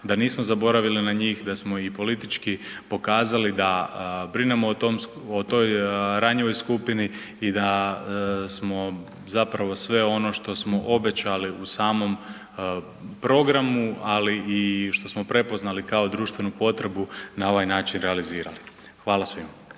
da nismo zaboravili na njih, da smo i politički pokazali da brinemo o tom, o toj ranjivoj skupini i da smo zapravo sve ono što smo obećali u samom programu, ali i što smo prepoznali kao društvenu potrebu na ovaj način realizirali. Hvala svima.